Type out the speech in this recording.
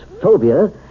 phobia